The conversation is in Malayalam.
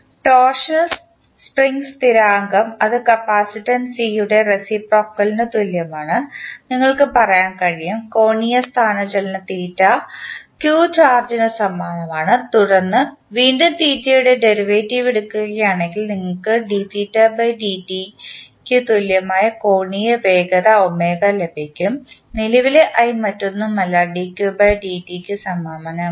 ടോർഷണൽ സ്പ്രിംഗ് സ്ഥിരാങ്കം അത് കപ്പാസിറ്റൻസ് സി യുടെ റേസിപ്രോക്കൽ നു തുല്യമാണ് നിങ്ങൾക്ക് പറയാൻ കഴിയും കോണീയ സ്ഥാനചലനം q ചാർജ് ന് സമാനമാണ് തുടർന്ന് വീണ്ടും യുടെ ഡെറിവേറ്റീവ് എടുക്കുകയാണെങ്കിൽ നിങ്ങൾക്ക് dθ dt ന് തുല്യമായ കോണീയ വേഗത ലഭിക്കും നിലവിലെ i മറ്റൊന്നുമല്ല ന് സമാനമാണ്